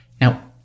Now